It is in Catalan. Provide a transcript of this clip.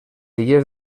illes